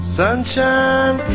sunshine